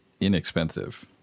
inexpensive